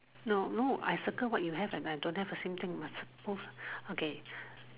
no no I circle what you have and I don't have the same thing must both okay